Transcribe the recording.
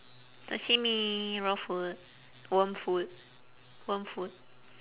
sashimi raw food warm food warm food